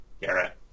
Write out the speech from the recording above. Garrett